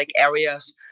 areas